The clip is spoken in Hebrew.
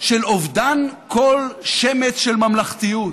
של אובדן כל שמץ של ממלכתיות.